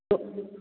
तो